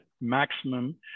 maximum